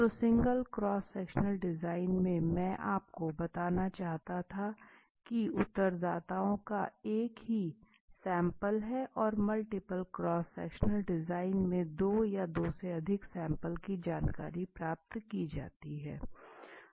तो single cross sectional design में मैं आपको बताना चाहता था कि उत्तरदाताओं का एक ही सैंपल है और एमल्टीपल क्रॉस सेक्शनल डिज़ाइन में दो या दो से अधिक सैंपल की जानकारी प्राप्त की जाती है